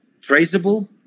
traceable